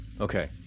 okay